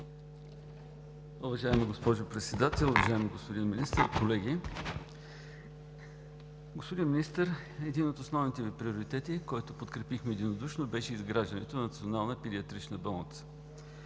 Уважаема госпожо Председател, уважаеми господин Министър, колеги! Господин Министър, един от основните Ви приоритети, който подкрепихме единодушно, беше изграждането на Национална педиатрична болница.